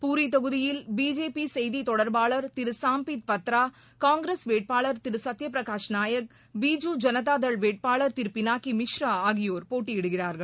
பூரி தொகுதியில் பிஜேபி செய்தித் தொடர்பாளர் திரு சாம்பித் பத்ரா காங்கிரஸ் வேட்பாளர் திரு சத்யபிரகாஷ் நாயக் பிஜு ஜனதாதள் வேட்பாளர் திரு பினாகி மிஷ்ரா ஆகியோர் போட்டியிடுகிறார்கள்